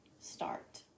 start